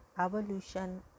Evolution